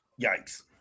yikes